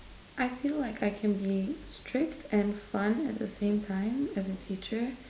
I feel like I can be strict and fun at the same time as a teacher